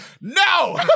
no